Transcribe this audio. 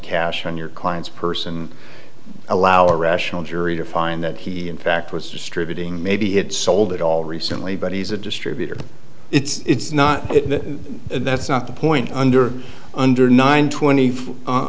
cash on your client's purse and allow a rational jury to find that he in fact was distributing maybe had sold it all recently but he's a distributor it's not that's not the point under under nine twenty